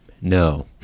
No